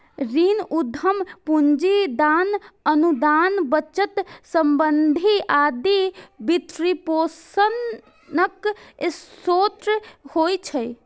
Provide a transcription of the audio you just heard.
ऋण, उद्यम पूंजी, दान, अनुदान, बचत, सब्सिडी आदि वित्तपोषणक स्रोत होइ छै